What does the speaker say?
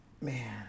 man